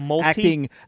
Acting